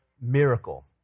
miracle